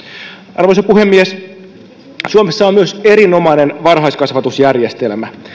arvoisa puhemies suomessa on myös erinomainen varhaiskasvatusjärjestelmä